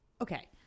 Okay